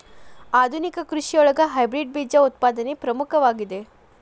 ಆಧುನಿಕ ಕೃಷಿಯೊಳಗ ಹೈಬ್ರಿಡ್ ಬೇಜ ಉತ್ಪಾದನೆ ಪ್ರಮುಖವಾಗಿದೆ